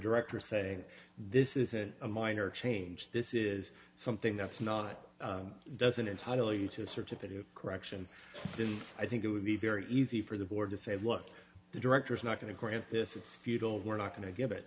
director saying this isn't a minor change this is something that's not doesn't entitle you to a certificate of correction i think it would be very easy for the board to say look the director's not going to grant this it's futile we're not going to give it